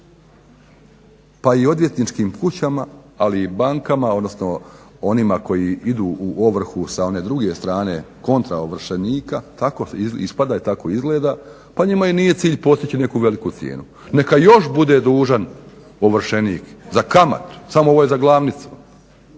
Pa i odvjetničkim kućama, ali i bankama odnosno onima koji idu u ovrhu sa one druge strane kontra ovršenika, tako ispada i tako izgleda. Pa njima i nije cilj postići neku veliku cijenu. Neka još bude dužan ovršenik za kamatu, samo ovo je za glavnicu.